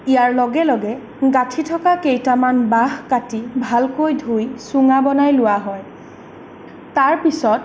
ইয়াৰ লগে লগে গাঁঠি থকা কেইটামান বাঁহ কাটি ভালকৈ ধুই চুঙা বনাই লোৱা হয় তাৰ পিছত